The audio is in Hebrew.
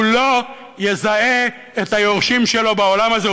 הוא לא יזהה את היורשים שלו בעולם הזה.